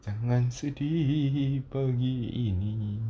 jangan sedih pagi ini